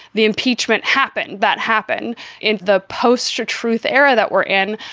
the impeachment happened. that happened in the post truth era that we're in.